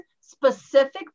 specific